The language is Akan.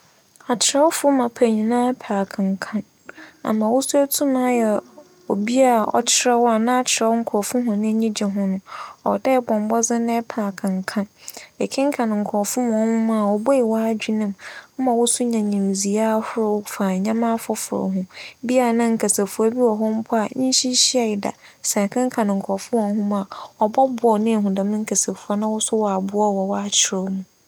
Akyerɛwfo mapa nyinara pɛ akenkan. Ama wo so etum ayɛ obi a ͻkyerɛw a n'akyerɛw nkorͻfo hͻn enyi gye ho no, ͻwͻ dɛ ebͻ mbͻdzen na epɛ akenkan. Ekenkan nkorͻfo hͻn nwoma a, obue w'adwen mu ma wo so nya nyimdzee wͻ ndzɛmba afofor ho. Bi a na nkasafua bi wͻ hͻ mpo a enhyiahyia da. Sɛ ekenkan nkorͻfo hͻn nwoma a, ͻbͻboa wo na ehu dɛm nkasafua no na ͻaboa wo so wͻ ͻakyerɛw mu.